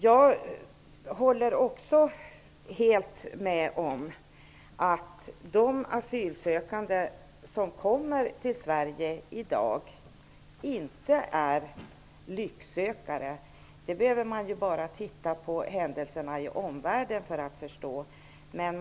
Jag håller också helt med om att de asylsökande som kommer till Sverige i dag inte är lycksökare. Man kan bara titta på händelserna i omvärlden för att förstå det.